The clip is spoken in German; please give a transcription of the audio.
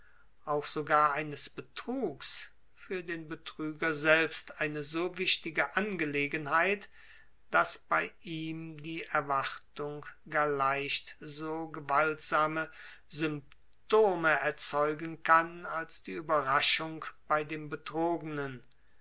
auch sogar eines betrugs für den betrüger selbst eine so wichtige angelegenheit daß bei ihm die erwartung gar leicht so gewaltsame symptome erzeugen kann als die überraschung bei dem betrogenen